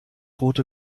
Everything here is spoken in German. rote